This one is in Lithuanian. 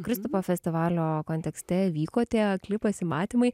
kristupo festivalio kontekste vyko tie akli pasimatymai